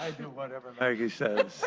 do whatever maggie says.